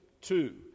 two